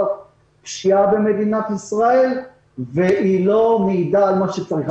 הפשיעה במדינת ישראל והיא לא מעידה על מה שצריך.